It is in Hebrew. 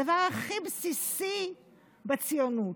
הדבר הכי בסיסי בציונות,